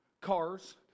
cars